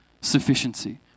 sufficiency